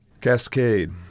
Cascade